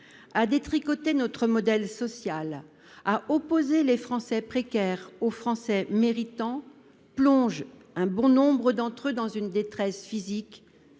à détricoter notre modèle social et à opposer les Français précaires aux Français méritants plonge nombre d'entre eux dans une détresse physique